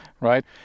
right